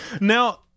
Now